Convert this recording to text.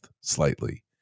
slightly